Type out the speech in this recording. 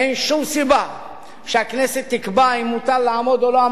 אין שום סיבה שהכנסת תקבע אם מותר לעמוד או לא,